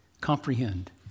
Comprehend